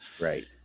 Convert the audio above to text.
right